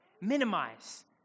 minimize